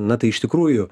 na tai iš tikrųjų